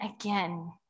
again